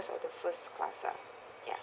or the first class ah ya